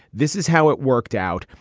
this is how it worked out.